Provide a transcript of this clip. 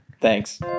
Thanks